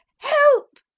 help!